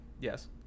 Yes